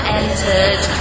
entered